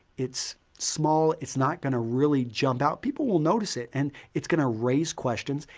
it's small. it's not going to really jump out. people will notice it and it's going to raise questions.